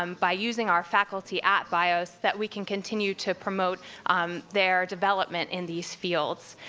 um by using our faculty at bios, that we can continue to promote um their development in these fields.